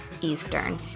Eastern